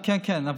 כן, כן.